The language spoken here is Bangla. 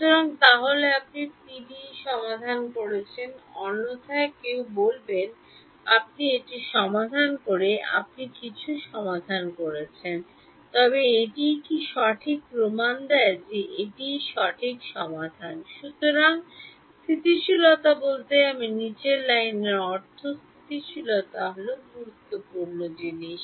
সুতরাং তাহলে আপনি PDE সমাধান করেছেন অন্যথায় কেউ বলবেন আপনি এটি সমাধান করেছেন আপনার কিছু সমাধান হয়ে গেছে তবে এটিই কী সঠিক প্রমাণ যে এটিই সঠিক সমাধান সুতরাং স্থিতিশীলতা বলতে আমি নীচের লাইনের অর্থ স্থিতিশীলতা হল গুরুত্বপূর্ণ জিনিস